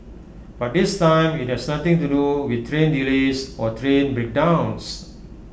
but this time IT has nothing to do with train delays or train breakdowns